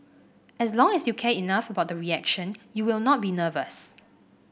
as long as you care enough about the reaction you will not be nervous